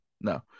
no